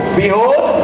behold